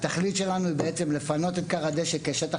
התכלית שלנו היא לפנות את כר הדשא כשטח